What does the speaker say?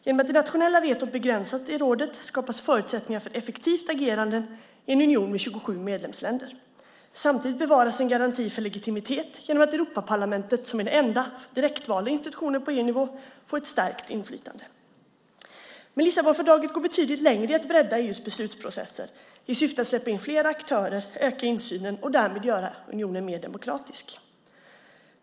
Genom att det nationella vetot begränsas i rådet skapas förutsättningar för effektivt agerande i en union med 27 medlemsländer. Samtidigt bevaras en garanti för legitimitet genom att Europaparlamentet, som är den enda direktvalda institutionen på EU-nivå, får ett stärkt inflytande. Men Lissabonfördraget går betydligt längre i att bredda EU:s beslutsprocesser i syfte att släppa in fler samhällsaktörer, öka insynen och därmed göra unionen mer demokratisk.